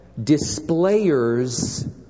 displayers